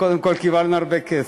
קודם כול, קיבלנו הרבה כסף.